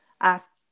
ask